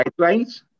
guidelines